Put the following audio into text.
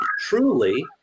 truly